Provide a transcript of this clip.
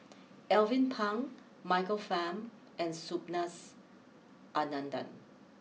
Alvin Pang Michael Fam and Subhas Anandan